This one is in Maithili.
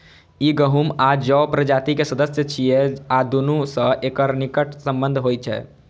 ई गहूम आ जौ प्रजाति के सदस्य छियै आ दुनू सं एकर निकट संबंध होइ छै